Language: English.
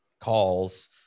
calls